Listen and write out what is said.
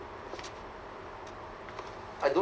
I don't